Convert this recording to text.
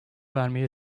vermeyi